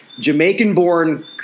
Jamaican-born